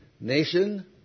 nation